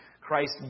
Christ